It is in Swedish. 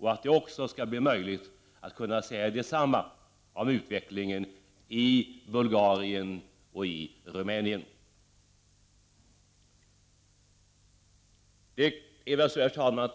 samt att det också skall bli möjligt att säga detsamma om utvecklingen i Bulgarien och Rumänien. Herr talman!